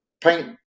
paint